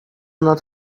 not